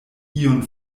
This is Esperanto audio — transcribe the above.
iun